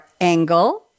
angle